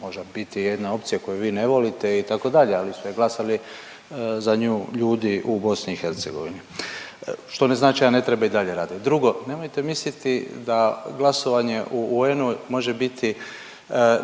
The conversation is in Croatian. može biti jedna opcija koju vi ne volite itd., ali su glasali za nju ljudi u BiH, što znači da ne treba i dalje radit. Drugo, nemojte misliti da glasovanje u UN-u može biti